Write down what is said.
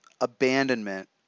abandonment